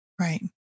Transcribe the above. Right